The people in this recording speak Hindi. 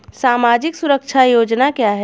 सामाजिक सुरक्षा योजना क्या है?